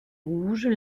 rouges